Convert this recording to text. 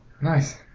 Nice